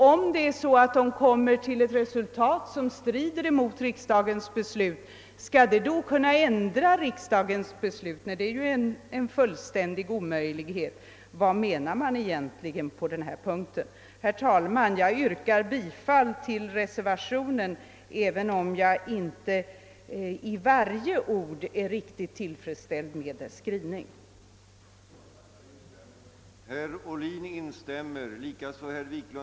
Om det är så att det resultat man kommer till strider mot riksdagens beslut, skall man då kunna ändra riksdagens beslut? Det är ju en fullständig omöjlighet. Vad menar man egentligen? Herr talman! Jag yrkar bifall till reservationen, även om jag inte är riktigt till freds med dess skrivning i alla delar.